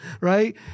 right